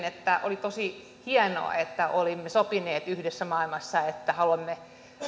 että oli tosi hienoa että olimme sopineet maailmassa yhdessä että